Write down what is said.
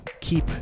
Keep